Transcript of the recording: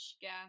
gas